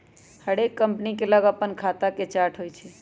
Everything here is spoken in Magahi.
हरेक कंपनी के लग अप्पन खता के चार्ट होइ छइ